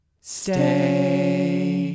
Stay